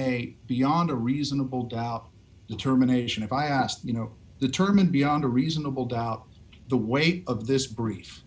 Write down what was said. a beyond a reasonable doubt determination if i ask you know the term beyond a reasonable doubt the weight of this brief